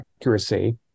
accuracy